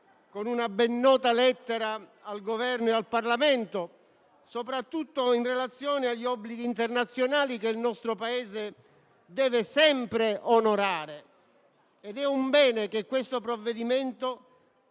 con una ben nota lettera al Governo e al Parlamento, soprattutto in relazione agli obblighi internazionali che il nostro Paese deve sempre onorare ed è un bene che questo provvedimento